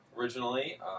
originally